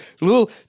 little